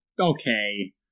Okay